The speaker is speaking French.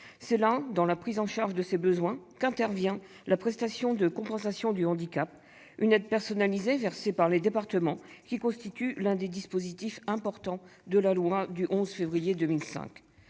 c'est pour la prise en charge de ces besoins qu'intervient la prestation de compensation du handicap. Cette aide personnalisée versée par les départements constitue l'un des dispositifs importants de la loi du 11 février 2005.